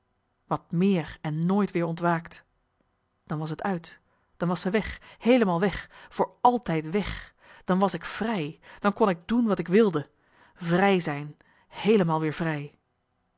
wat meer en nooit weer ontwaakt dan was t uit dan was ze weg heelemaal weg voor altijd weg dan was ik vrij dan kon ik doen wat ik wilde vrij zijn heelemaal weer vrij